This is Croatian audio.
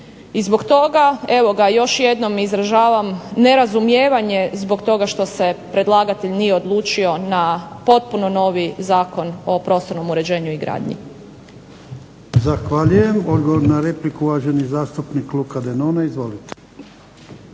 I zbog toga još jednom izražavam nerazumijevanje zbog toga što se predlagatelj nije odlučio na potpuno novi Zakon o prostornom uređenju i gradnji. **Jarnjak, Ivan (HDZ)** Zahvaljujem. Odgovor na repliku, uvaženi zastupnik Luka Denona. Izvolite.